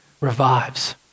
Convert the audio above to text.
revives